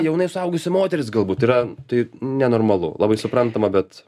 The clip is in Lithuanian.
jau jinai suaugusi moteris galbūt tai yra tai nenormalu labai suprantama bet